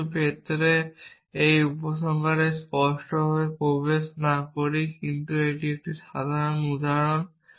কিছু অর্থে এই উপসংহারে স্পষ্টভাবে প্রবেশ না করেই কিন্তু এটি একটি সাধারণ উদাহরণ